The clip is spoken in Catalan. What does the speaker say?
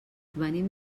venim